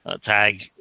tag